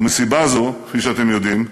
ומסיבה זו, כפי שאתם יודעים,